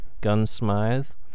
gunsmith